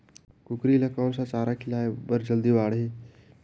कूकरी ल कोन सा चारा खिलाय ल जल्दी बाड़ही?